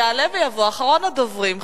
יעלה ויבוא אחרון הדוברים,